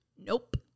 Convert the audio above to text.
Nope